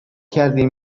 کردیم